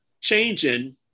changing